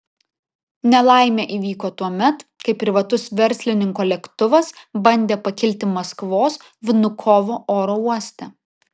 nelaimė įvyko tuomet kai privatus verslininko lėktuvas bandė pakilti maskvos vnukovo oro uoste